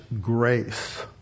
grace